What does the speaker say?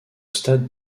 stade